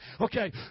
Okay